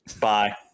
Bye